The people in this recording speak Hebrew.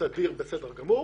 מצב הסדיר בסדר גמור.